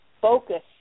focus